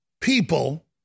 people